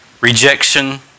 Rejection